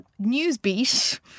Newsbeat